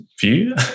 view